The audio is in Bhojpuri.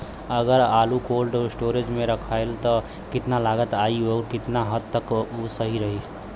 अगर आलू कोल्ड स्टोरेज में रखायल त कितना लागत आई अउर कितना हद तक उ सही रही?